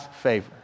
favor